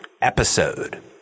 episode